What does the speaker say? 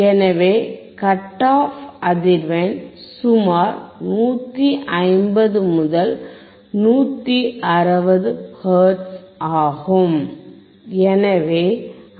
எனவே cut off அதிர்வெண் சுமார் 150 முதல் 160 ஹெர்ட்ஸ் ஆகும்